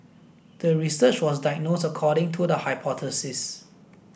the research was according to the hypothesis